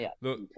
look